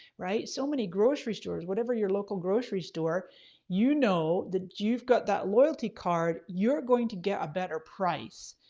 right? so many grocery stores, whatever your local grocery store you know that you've got that loyalty card you're going to get a better price,